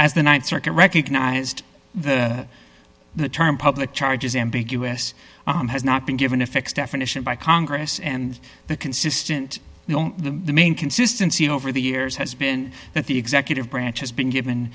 as the th circuit recognized the term public charge is ambiguous arm has not been given a fixed definition by congress and the consistent the main consistency over the years has been that the executive branch has been given